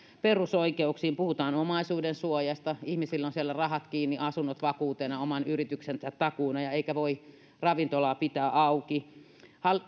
perusoikeuksiin puhutaan omaisuudensuojasta ihmisillä on siellä rahat kiinni asunnot vakuutena oman yrityksensä takuuna eikä voi ravintolaa pitää auki